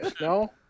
No